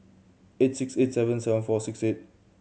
eight six eight seven seven four six eight